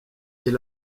est